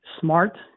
smart